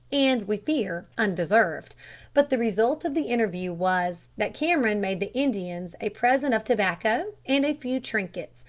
and, we fear, undeserved but the result of the interview was, that cameron made the indians a present of tobacco and a few trinkets,